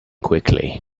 quickly